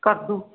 ਕਰ ਦਊ